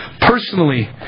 personally